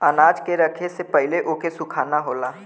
अनाज के रखे से पहिले ओके सुखाना होला